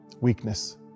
weakness